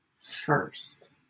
first